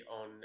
on